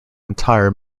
entire